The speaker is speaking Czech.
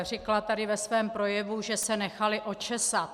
Řekla tady ve svém projevu, že se nechali očesat.